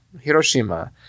Hiroshima